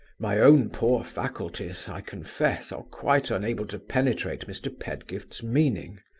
my own poor faculties, i confess, are quite unable to penetrate mr. pedgift's meaning.